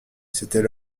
c’était